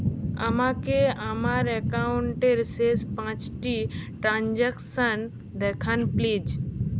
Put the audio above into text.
আমাকে আমার একাউন্টের শেষ পাঁচটি ট্রানজ্যাকসন দেখান প্লিজ